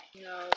No